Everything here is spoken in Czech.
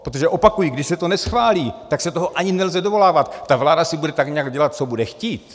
Protože opakuji, když se to neschválí, tak se toho ani nelze dovolávat, ta vláda si bude tak nějak dělat, co bude chtít.